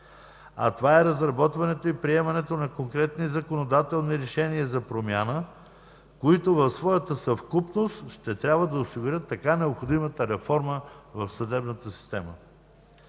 а това е разработването и приемането на конкретни законодателни решения за промяна, които в своята съвкупност ще трябва да осигурят така необходимата реформа в съдебната система.